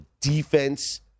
defense